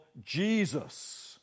Jesus